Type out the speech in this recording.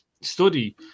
study